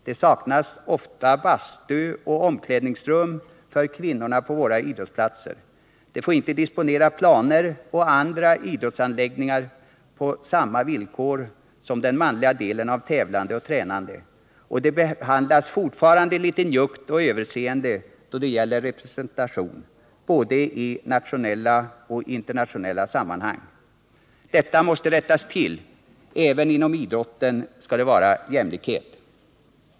Det saknas ofta bastu och omklädningsrum för kvinnorna på våra idrottsplatser, de får inte disponera planer och andra idrottsanläggningar på samma villkor som den manliga delen av tävlande och tränande och de behandlas fortfarande litet njuggt och överseende då det gäller representation, både i nationella och i internationella sammanhang. Detta måste rättas till — även inom idrotten skall det vara jämlikhet.